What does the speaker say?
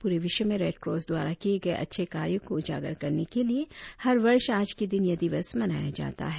पूरे विश्व में रेडक्रॉस द्वारा किये गये अच्छे कार्यो को उजागर करने के लिए हर वर्ष आज के दिन यह दिवस मनाया जाता है